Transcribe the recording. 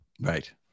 Right